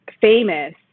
famous